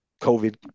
COVID